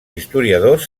historiadors